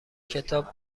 کتاب